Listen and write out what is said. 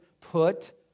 put